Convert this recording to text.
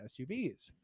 SUVs